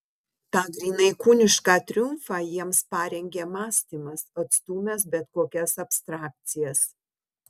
tą grynai kūnišką triumfą jiems parengė mąstymas atstūmęs bet kokias abstrakcijas